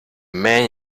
man